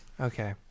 Okay